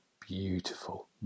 beautiful